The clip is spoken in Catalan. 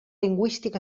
lingüístic